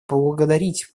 поблагодарить